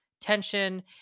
Tension